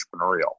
entrepreneurial